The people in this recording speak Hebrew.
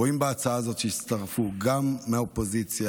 רואים שלהצעה הזאת הצטרפו גם מהאופוזיציה,